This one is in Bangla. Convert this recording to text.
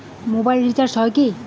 মোবাইল রিচার্জ হয় কি?